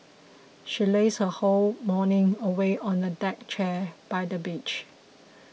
she lazed her whole morning away on a deck chair by the beach